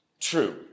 true